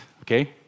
okay